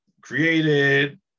created